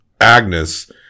Agnes